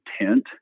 intent